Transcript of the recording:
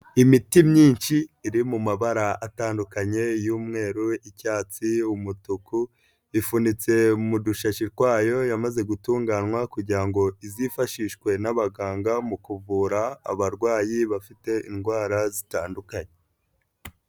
Imiti myinshi iri mu mabara atandukanye: y'umweru, icyatsi, umutuku. Ifunitse mu dushashi twayo yamaze gutunganywa kugira ngo izifashishwe n'abaganga mu kuvura abarwayi bafite indwara zitandukanye.